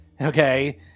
okay